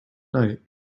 night